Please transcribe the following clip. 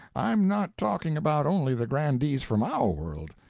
i'm not talking about only the grandees from our world,